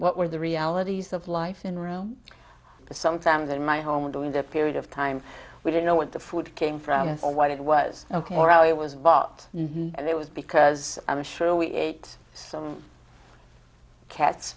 what were the realities of life in rome sometimes in my home during that period of time we didn't know what the food came from or what it was ok or i was bought and it was because i'm sure we ate some cats